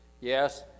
yes